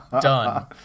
done